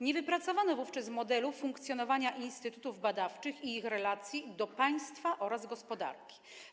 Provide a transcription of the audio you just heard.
Nie wypracowano wówczas modelu funkcjonowania instytutów badawczych i ich relacji do państwa oraz gospodarki.